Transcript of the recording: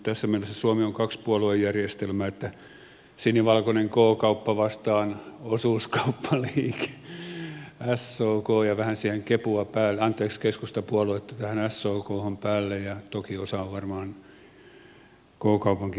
tässä mielessä suomi on kaksipuoluejärjestelmä että sinivalkoinen k kauppa vastaan osuuskauppaliike sok ja vähän keskustapuoluetta tähän sokhon päälle ja toki osa on varmaan k kaupankin miehiä